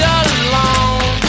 alone